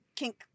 kink